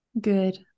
good